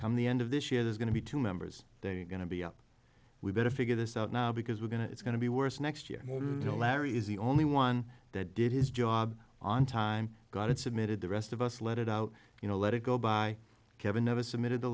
come the end of this year there's going to be two members they're going to be up we better figure this out now because we're going to it's going to be worse next year you know larry is the only one that did his job on time got it submitted the rest of us let it out you know let it go by kevin never submitted a